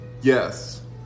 Yes